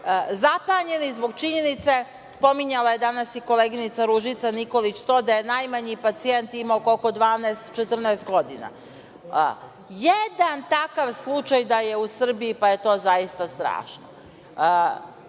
zapanjeni zbog činjenice, spominjala je danas i koleginica Ružica Nikolić, to da je najmanji pacijent imao koliko 12, 14 godina. Jedan takav slučaj da je u Srbiji, pa je to zaista strašno. To